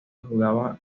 jugaba